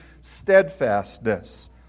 steadfastness